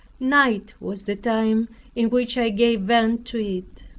night was the time in which i gave vent to it.